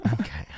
Okay